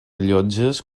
llotges